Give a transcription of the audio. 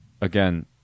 Again